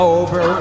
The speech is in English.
over